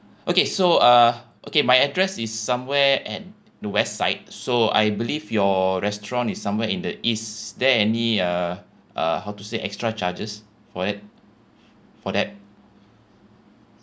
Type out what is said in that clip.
okay so uh okay my address is somewhere at the west side so I believe your restaurant is somewhere in the east is there any uh uh how to say extra charges for it for that